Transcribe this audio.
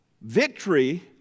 victory